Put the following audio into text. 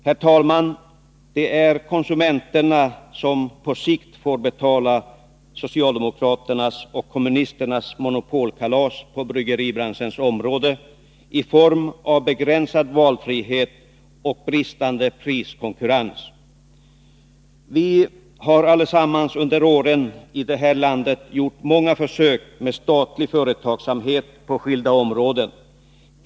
Herr talman! Det är konsumenterna som på sikt får betala socialdemokraternas och kommunisternas monopolkalas på bryggerbranschens område i form av begränsad valfrihet och bristande priskonkurrens. Vi har allesammans under åren gjort många försök med statlig företagsamhet på skilda områden i detta land.